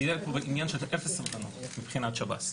יהיה פה עניין של אפס סבלנות מבחינת שב"ס.